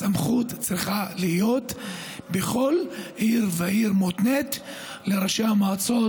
הסמכות בכל עיר ועיר צריכה להיות נתונה לראשי המועצות